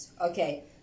Okay